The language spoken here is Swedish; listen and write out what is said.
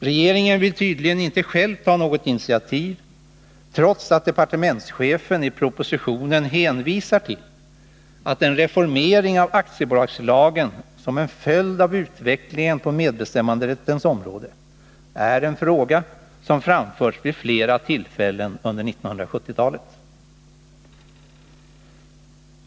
Regeringen vill tydligen inte själv ta något initiativ, trots att departementschefen i propositionen hänvisar till att en reformering av aktiebolagslagen som en följd av utvecklingen på medbestämmanderättens område är en fråga som framförts vid flera tillfällen under 1970-talet.